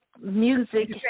music